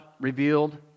revealed